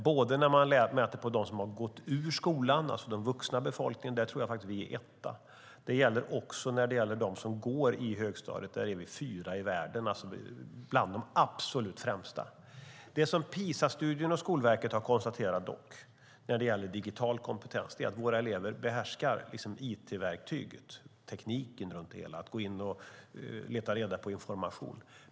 Vi ligger etta när det gäller den vuxna befolkningen, och bland dem som går i högstadiet är vi fyra i världen. Det PISA-studien och Skolverket har konstaterat är att våra elever behärskar it-verktyget, det vill säga tekniken för att gå in och leta reda på information.